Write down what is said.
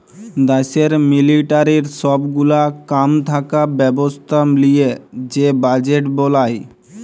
দ্যাশের মিলিটারির সব গুলা কাম থাকা ব্যবস্থা লিয়ে যে বাজেট বলায়